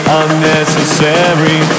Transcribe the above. unnecessary